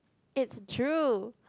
it's true